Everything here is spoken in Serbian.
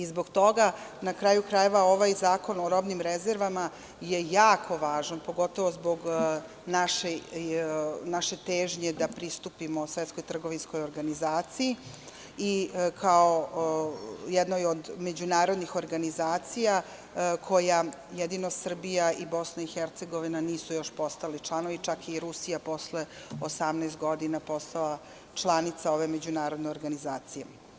Zbog toga, na kraju krajeva, ovaj zakon o robnim rezervama je jako važan, pogotovo zbog naše težnje da pristupimo Svetskoj trgovinskoj organizaciji, kao jednoj od međunarodnih organizacija, koja jedino Srbija i Bosna i Hercegovina nisu postale članovi, čak i Rusija posle 18 godina je postala članica ove međunarodne organizacije.